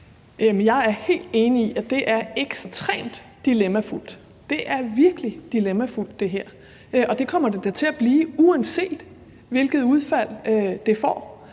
Jeg er helt enig i, at det her er ekstremt dilemmafuldt, at det virkelig er dilemmafuldt, og det kommer det da til at blive, uanset hvilket udfald det får.